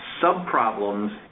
sub-problems